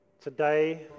Today